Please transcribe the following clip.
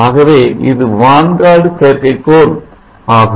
ஆகவே இது vanguard செயற்கைக்கோள் ஆகும்